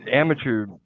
Amateur